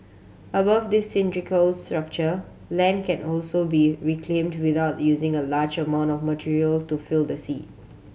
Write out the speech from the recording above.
above this cylindrical structure land can also be reclaimed without using a large amount of material to fill the sea